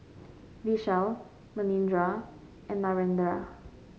Vishal Manindra and Narendra